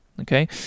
okay